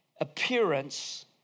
appearance